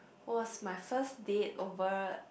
was my first date over